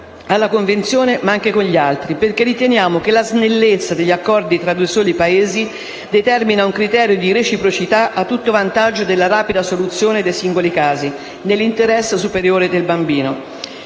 alla Convenzione ma anche con gli altri, perché riteniamo che la snellezza degli accordi tra due soli Paesi determini un criterio di reciprocità a tutto vantaggio di una rapida soluzione dei singoli casi, nell'interesse superiore del bambino.